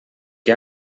que